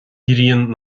ghrian